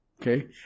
Okay